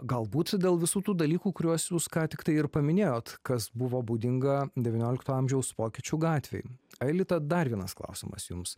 galbūt dėl visų tų dalykų kuriuos jūs ką tik tai ir paminėjot kas buvo būdinga devyniolikto amžiaus vokiečių gatvėj aelita dar vienas klausimas jums